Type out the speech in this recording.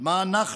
על מה אנחנו,